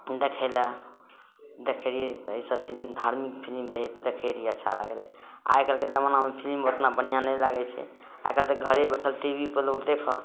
देखै लऽ देखै रहियै तऽ अइ सब फिलिम धार्मिक फिलिम रहै देखै रहियै अच्छा लागै रहै आइकाल्हिके जबानामे फिलिम ओतना बढ़िआँ नहि लागै छै आइकाल्हि तऽ घरे बैठल टी बी पर लोग देखऽ